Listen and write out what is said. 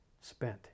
spent